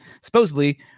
Supposedly